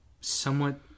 somewhat